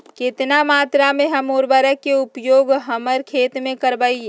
कितना मात्रा में हम उर्वरक के उपयोग हमर खेत में करबई?